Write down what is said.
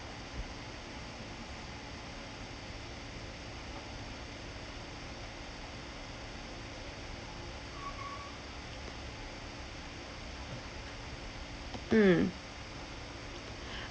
mm